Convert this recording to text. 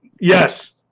Yes